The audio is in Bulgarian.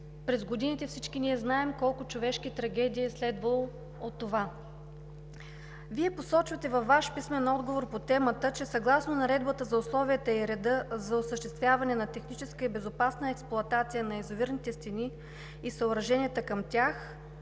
През годините всички ние знаем колко човешки трагедии са следвали от това. Вие посочвате във Ваш писмен отговор по темата, че съгласно Наредбата за условията и реда за осъществяване на техническа и безопасна експлоатация на язовирните стени и съоръженията към тях,